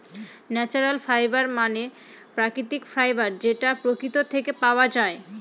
natural fibre মানে প্রাকৃতিক fibre যেটা প্রকৃতি থেকে পাওয়া যায়